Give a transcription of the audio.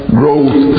growth